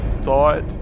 thought